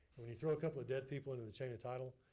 when you throw a couple of dead people under the chain of title,